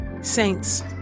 Saints